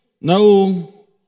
No